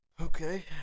Okay